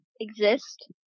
exist